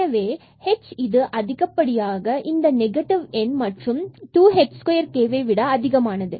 எனவே k அதிகப்படியான negative எண் மற்றும் இது 2 h2 kஐ விட அதிகமானது